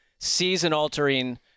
season-altering